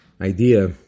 idea